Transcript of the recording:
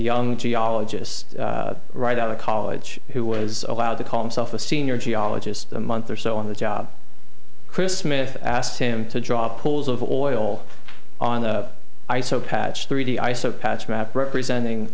young geologist right out of college who was allowed to call himself a senior geologist a month or so on the job chris smith asked him to drop pools of oil on the ice so patch three d i saw a patch map representing